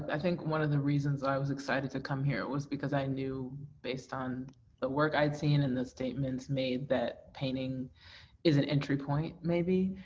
i think one of the reasons i was excited to come here was because i knew, based on the work i'd seen and the statements made that painting is an entry point maybe.